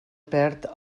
perd